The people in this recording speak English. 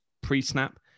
pre-snap